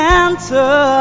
answer